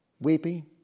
weeping